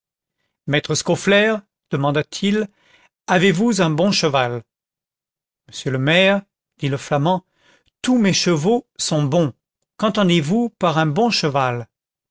maître scaufflaire demanda-t-il avez-vous un bon cheval monsieur le maire dit le flamand tous mes chevaux sont bons qu'entendez-vous par un bon cheval